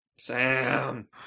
Sam